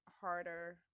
harder